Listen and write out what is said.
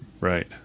Right